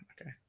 Okay